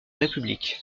république